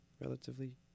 relatively